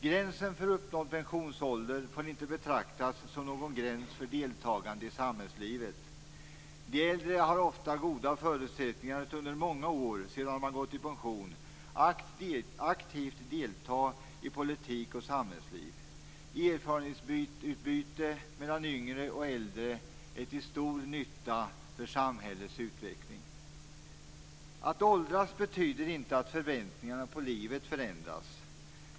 Gränsen för uppnådd pensionsålder får inte betraktas som någon gräns för deltagande i samhällslivet. De äldre har ofta goda förutsättningar att under många år sedan de gått i pension aktivt delta i politik och samhällsliv. Erfarenhetsutbyte mellan yngre och äldre är till stor nytta för samhällets utveckling. Att åldras betyder inte att förväntningarna på livet förändras.